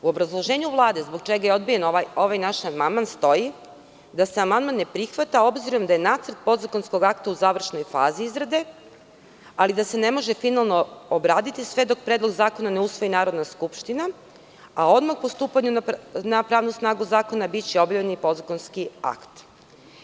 U obrazloženju Vlade zbog čega je odbijen ovaj naš amandman stoji da se amandman ne prihvata obzirom da je nacrt podzakonskog akta u završnoj fazi izrade, ali da se ne može finalno obraditi sve dok predlog zakona ne usvoji Narodna skupština, a odmah po stupanju na pravnu snagu zakona biće objavljeni podzakonski akti.